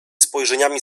spojrzeniami